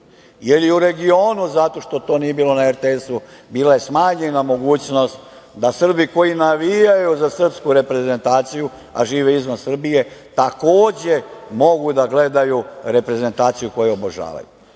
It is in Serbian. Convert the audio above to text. je i u regionu, zato što to nije bilo na RTS-u, bila smanjena mogućnost da Srbi koji navijaju za srpsku reprezentaciju a žive izvan Srbije takođe mogu da gledaju reprezentaciju koju obožavaju. To